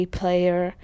player